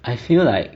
I feel like